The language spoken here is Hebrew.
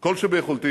כל שביכולתי